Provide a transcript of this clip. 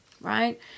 right